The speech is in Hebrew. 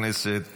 הכנסת